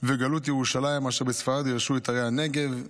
וגלֻת ירושלם אשר בספרד ירשו את ערי הנגב".